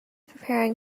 preparing